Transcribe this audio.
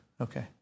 Okay